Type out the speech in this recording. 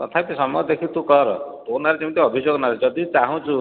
ତଥାପି ସମୟ ଦେଖି ତୁ କର ତୋ ନାଁରେ ଯେମିତି ଅଭିଯୋଗ ନ ଆସେ ଯଦି ଚାହୁଁଚୁ